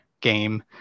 game